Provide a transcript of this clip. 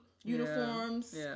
uniforms